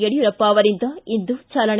ಯಡಿಯೂರಪ್ಪ ಅವರಿಂದ ಇಂದು ಚಾಲನೆ